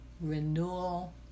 renewal